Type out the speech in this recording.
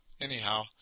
anyhow